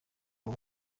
ubu